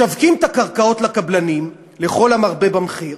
משווקים את הקרקעות לקבלנים, לכל המרבה במחיר.